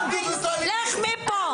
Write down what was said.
לך מפה.